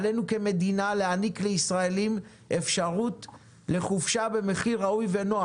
עלינו כמדינה להעניק לישראלים אפשרות לחופשה במחיר ראוי ונוח.